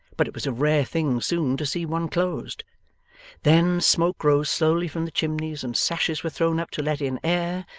but it was rare thing soon to see one closed then, smoke rose slowly from the chimneys, and sashes were thrown up to let in air,